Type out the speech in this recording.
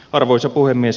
arvoisa puhemies